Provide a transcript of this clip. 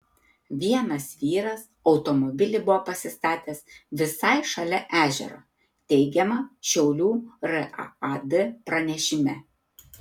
vienas vyras automobilį buvo pasistatęs visai šalia ežero teigiama šiaulių raad pranešime